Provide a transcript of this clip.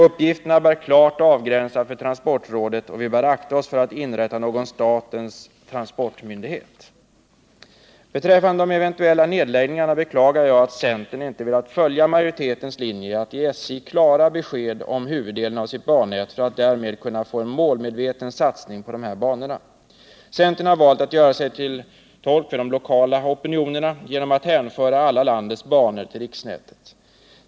Uppgifterna bör klart avgränsas för transportrådet, och vi bör akta oss för att inrätta någon statens transportmyndighet. Beträffande de eventuella nedläggningarna beklagar jag att centern inte velat följa majoritetens linje att ge SJ klara besked om huvuddelen av sitt bannät för att därmed kunna få en målmedveten satsning på dessa banor. Centern har valt att göra sig till tolk för de lokala opinionerna genom att hänföra alla landets banor till riksnätet.